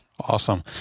Awesome